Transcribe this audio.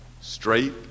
straight